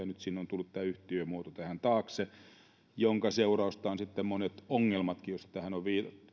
nyt sinne on tullut taakse tämä yhtiömuoto jonka seurausta ovat sitten monet ongelmatkin joihin tässä on